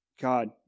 God